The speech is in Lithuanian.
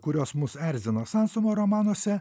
kurios mus erzino sansomo romanuose